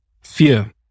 fear